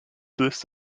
this